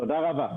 תודה רבה.